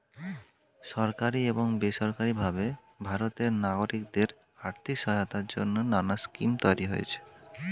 সরকারি এবং বেসরকারি ভাবে ভারতের নাগরিকদের আর্থিক সহায়তার জন্যে নানা স্কিম তৈরি হয়েছে